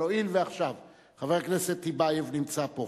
אבל הואיל ועכשיו חבר הכנסת טיבייב נמצא פה,